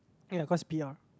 ya of course P_R